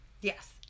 yes